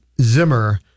Zimmer